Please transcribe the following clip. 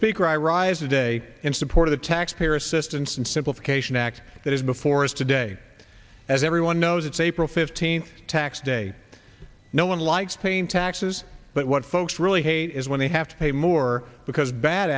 speaker i rise today in support of the taxpayer assistance and simplification act that is before us today as everyone knows it's april fifteenth tax day no one likes paying taxes but what folks really hate is when they have to pay more because bad